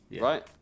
right